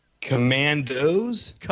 Commandos